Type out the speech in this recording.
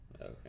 okay